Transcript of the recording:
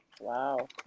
wow